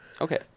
Okay